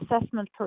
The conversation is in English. assessment